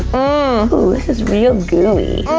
ah ooh, this is real gooey.